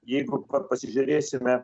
jeigu pasižiūrėsime